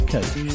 Coach